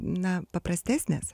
na paprastesnės